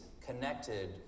connected